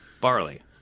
barley